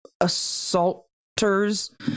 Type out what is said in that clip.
assaulters